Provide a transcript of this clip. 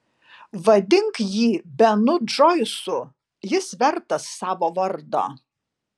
vadink jį benu džoisu jis vertas savo vardo